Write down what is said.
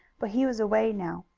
but he was away now,